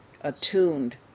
attuned